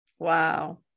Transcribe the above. Wow